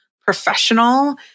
professional